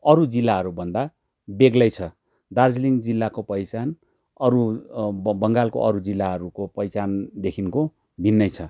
अरू जिल्लाहरू भन्दा बेग्लै छ दार्जिलिङ जिल्लाको पहिचान अरू बङ्गालको अरू जिल्लाहरूको पहिचानदेखिको भिन्नै छ